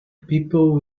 people